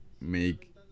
make